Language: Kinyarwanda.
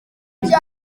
mise